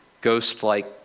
ghost-like